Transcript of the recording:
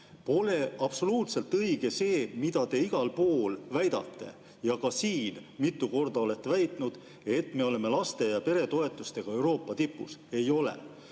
pole absoluutselt õige see, mida te igal pool väidate ja olete ka siin mitu korda väitnud, et me oleme laste ja peretoetustega Euroopa tipus. Ei ole.